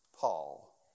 Paul